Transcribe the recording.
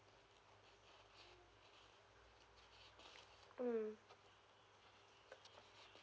mm